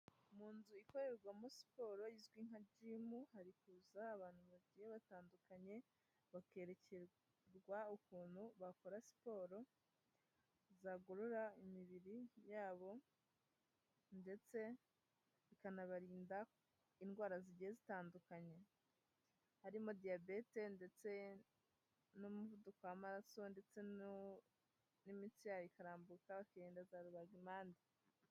Mu nzu ikorerwamo siporo izwi nka gimu hari kuza abantu bagiye batandukanye bakerekwa ukuntu bakora siporo zagorora imibiri yabo, ndetse ikanabarinda indwara zigiye zitandukanye, harimo diyabete ndetse n'umuvuduko w'amaraso ndetse n'imitsi yabo, ikarambuka bakirinda za rubagimpande.